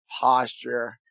posture